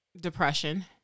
depression